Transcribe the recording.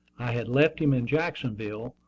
i had left him in jacksonville,